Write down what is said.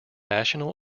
national